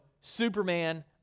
Superman